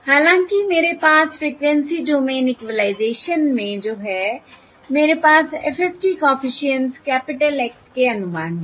हालाँकि मेरे पास फ़्रीक्वेंसी डोमेन इक्वलाइजेशन में जो है मेरे पास FFT coefficients capital X s के अनुमान हैं